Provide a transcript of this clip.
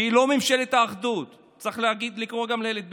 שהיא לא ממשלת אחדות, צריך גם לקרוא לילד בשמו.